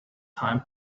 time